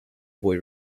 boy